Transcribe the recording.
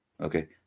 Okay